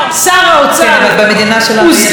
כן, אבל במדינה שלנו יש שר אוצר אחד.